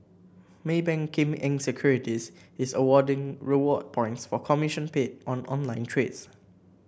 Maybank Kim Eng Securities is awarding reward points for commission paid on online trades